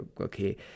okay